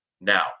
now